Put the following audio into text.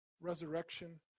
Resurrection